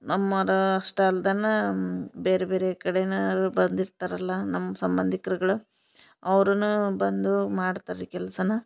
ನಮ್ಮೊರು ಅಷ್ಟ ಅಲ್ದನಾ ಬೇರೆ ಬೇರೆ ಕಡೆನೊರು ಬಂದಿರ್ತರಲ್ಲ ನಮ್ಮ ಸಂಬಂಧಿಕ್ರುಗಳು ಅವರೂನು ಬಂದು ಮಾಡ್ತಾರ್ರೀ ಕೆಲಸನ